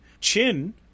Chin